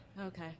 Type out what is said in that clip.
Okay